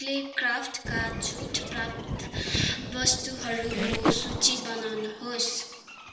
क्लेक्राफ्टका छुट प्राप्त वस्तुहरूको सूची बनाउनुहोस्